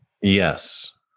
Yes